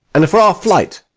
and for our flight.